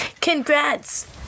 congrats